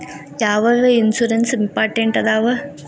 ಯಾವ್ಯಾವ ಇನ್ಶೂರೆನ್ಸ್ ಬಾಳ ಇಂಪಾರ್ಟೆಂಟ್ ಅದಾವ?